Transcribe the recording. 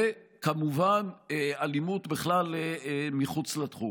וכמובן שאלימות בכלל מחוץ לתחום.